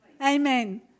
Amen